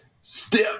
Step